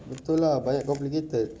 betul ah banyak complicated